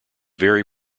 very